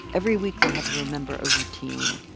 every week they had to remember a routine.